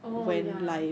oh ya